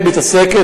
סליחה.